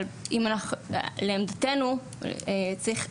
אבל לעמדתנו צריך,